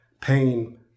pain